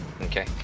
Okay